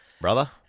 Brother